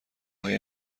های